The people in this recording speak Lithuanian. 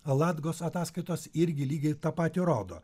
aladgos ataskaitos irgi lygiai tą patį rodo